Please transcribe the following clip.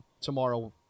tomorrow